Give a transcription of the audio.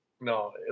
no